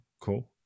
cool